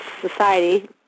society